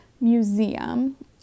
Museum